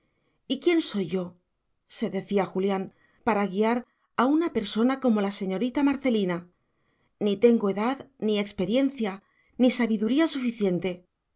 y quién soy yo se decía julián para guiar a una persona como la señorita marcelina ni tengo edad ni experiencia ni sabiduría suficiente